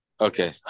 okay